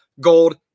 gold